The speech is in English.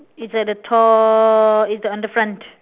it's at the top it's the on the front